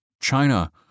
China